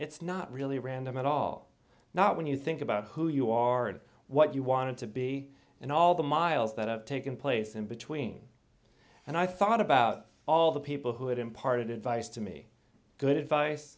it's not really random at all not when you think about who you are and what you wanted to be and all the miles that have taken place in between and i thought about all the people who had imparted advice to me good advice